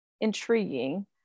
intriguing